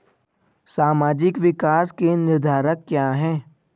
सामाजिक विकास के निर्धारक क्या है?